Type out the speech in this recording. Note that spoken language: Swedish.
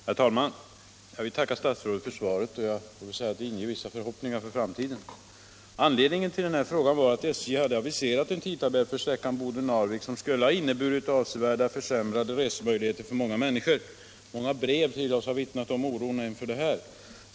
Herr talman! Jag vill tacka statsrådet för svaret, och jag får väl säga att det inger vissa förhoppningar för framtiden. Anledningen till frågan var att SJ aviserat en tidtabell för sträckan Boden-Narvik som skulle ha inneburit avsevärt försämrade resemöjligheter för många människor. En mängd brev till oss har vittnat om oro för det.